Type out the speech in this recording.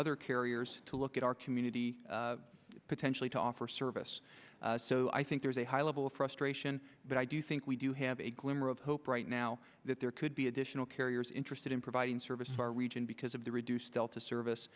other carriers to look at our community potentially to offer service so i think there's a high level of frustration but i do think we do have a glimmer of hope right now that there could be additional carriers interested in providing service for our region because of the reduced delta service